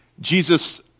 Jesus